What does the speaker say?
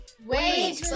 Wait